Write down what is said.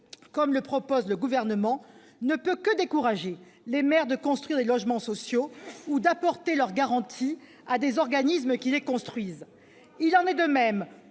comme le propose le Gouvernement, ne peut que décourager les maires de construire des logements sociaux ou d'apporter leur garantie aux organismes qui les construisent. Tout à fait